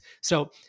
So-